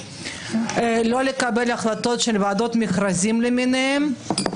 ולא לקבל החלטות של ועדות מכרזים למיניהן.